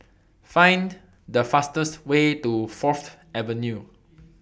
Find The fastest Way to Fourth Avenue